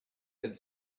could